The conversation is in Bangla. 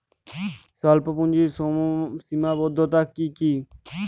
স্বল্পপুঁজির সীমাবদ্ধতা কী কী?